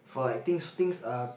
for like things things um